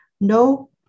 No